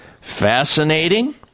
fascinating